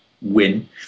win